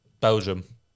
Belgium